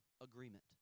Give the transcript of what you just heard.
agreement